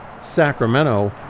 Sacramento